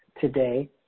today